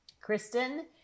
Kristen